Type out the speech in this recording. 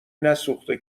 نسوخته